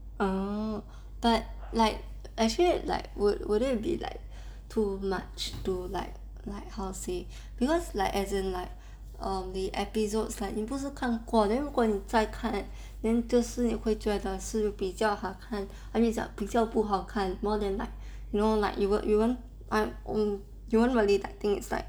oh but like I feel like would would it be like too much to like like how to say because like as in like the episodes like 你不是看过 then 如果你再看 then 就是会觉得是不是比较好看还是比较不好看 more than like you know like you won't you won't on~ you won't really think it's like